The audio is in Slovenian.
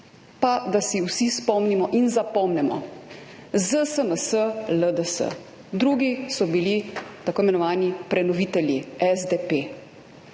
Pa da se vsi spomnimo in si zapomnimo: ZSMS, LDS, drugi so bili tako imenovani prenovitelji, SDP.